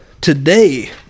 today